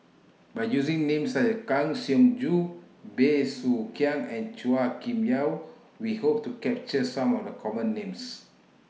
By using Names such as Kang Siong Joo Bey Soo Khiang and Chua Kim Yeow We Hope to capture Some of The Common Names